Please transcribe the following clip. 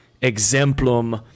exemplum